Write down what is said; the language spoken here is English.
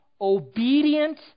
obedient